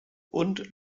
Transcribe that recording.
und